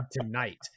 tonight